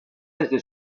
desde